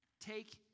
Take